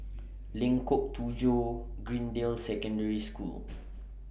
Lengkong Tujuh Greendale Secondary School